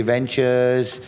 Ventures